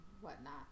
whatnot